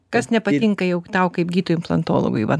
kas nepatinka jau tau kaip gydytojui implantologui va